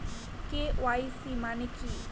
KYC মানে কি?